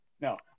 No